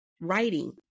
writing